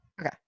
Okay